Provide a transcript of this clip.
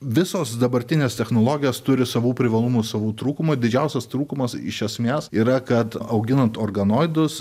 visos dabartinės technologijos turi savų privalumų savų trūkumų didžiausias trūkumas iš esmės yra kad auginant organoidus